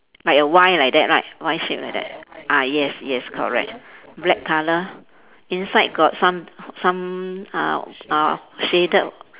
like a Y like that right Y shape like that ah yes yes correct black colour inside got some some uh uh shaded